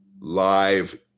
live